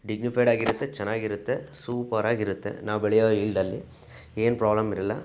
dignified ಆಗಿರುತ್ತೆ ಚೆನ್ನಾಗಿ ಇರುತ್ತೆ ಸೂಪರ್ ಆಗಿರತ್ತೆ ನಾವು ಬೆಳೆಯೋ ಅಲ್ಲಿ ಏನು ಪ್ರೊಬ್ಲೆಮ್ ಇರಲ್ಲ